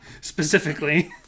Specifically